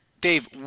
Dave